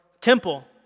temple